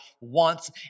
wants